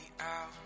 out